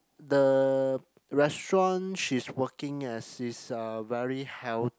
the restaurant she's working as is a very healthy